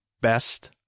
best